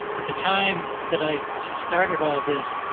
at the time that i started all this,